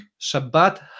Shabbat